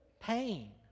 pain